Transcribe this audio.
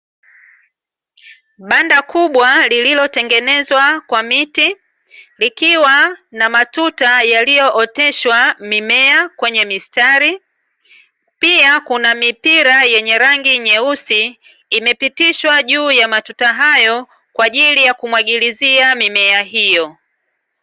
Banda kubwa lililotengenezwa kwa miti, likiwa na matuta yaliyooteshwa mimea kwenye mistari. Pia kuna mipira yenye rangi nyeusi imepitishwa juu ya matuta hayo, kwa ajili ya kumwagilizia mimea hiyo.